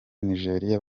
nigeria